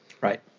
Right